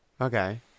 Okay